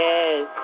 Yes